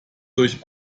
durch